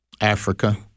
Africa